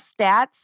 stats